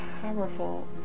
powerful